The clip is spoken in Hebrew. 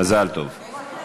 מזל טוב.